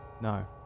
no